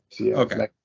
okay